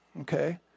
Okay